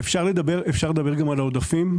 אפשר לדבר גם על פניית העודפים?